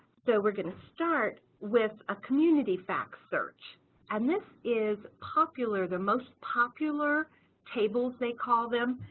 so we're going to start with a community fact search and this is popular the most popular tables they call them